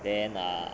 then err